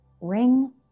ring